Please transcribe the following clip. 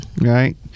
Right